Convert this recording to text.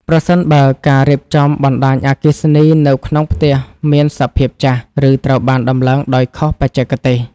ប្រសិនបើការរៀបចំបណ្ដាញអគ្គិសនីនៅក្នុងផ្ទះមានសភាពចាស់ ឬត្រូវបានតម្លើងដោយខុសបច្ចេកទេស។